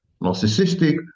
narcissistic